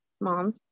mom